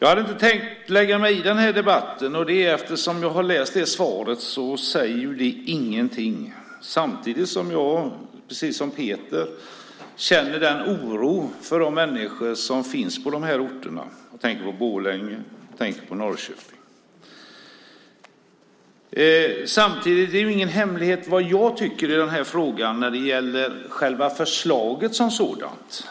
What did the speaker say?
Jag hade inte tänkt lägga mig i den här debatten, statsrådet, men jag har läst svaret, och det säger ingenting. Samtidigt känner jag, precis som Peter, en oro för de människor som finns på de här orterna. Jag tänker på Borlänge och Norrköping. Det är ingen hemlighet vad jag tycker i den här frågan när det gäller själva förslaget som sådant.